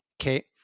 okay